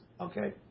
okay